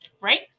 Right